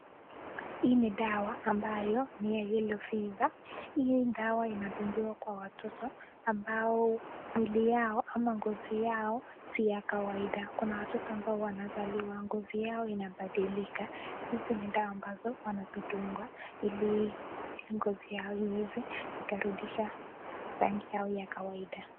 Hii ni dawa ambayo ni ya [cs ]yellow fever[cs ],hii dawa inadugiwa kwa watoto ambao mwili yao ama ngozi yao si ya kawaida, kuna watoto ambao wanazaliwa ngozi yao inabadilika, hizi ni dawa ambazo wanazidugwa ili ngozi yao iweze ikarudisha rangi yao ya kawaida.